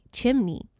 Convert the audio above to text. Chimney